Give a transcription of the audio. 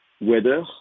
weather